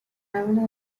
algunas